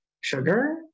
sugar